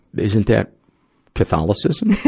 isn't that catholicism?